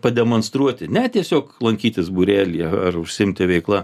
pademonstruoti ne tiesiog lankytis būrelyje ar užsiimti veikla